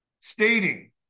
stating